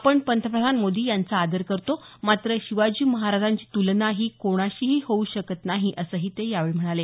आपण पंतप्रधान मोदी यांचा आदर करतो मात्र शिवाजी महाराजांची तुलना ही कोणाशीही होऊ शकत नाही असंही ते यावेळी म्हणाले